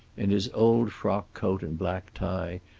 in his old frock coat and black tie,